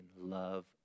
love